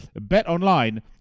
BetOnline